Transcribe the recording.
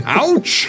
ouch